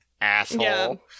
asshole